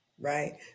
right